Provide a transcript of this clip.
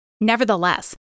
Nevertheless